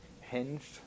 hinged